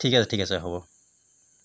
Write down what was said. ঠিক আছে ঠিক আছে হ'ব